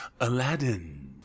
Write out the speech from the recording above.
Aladdin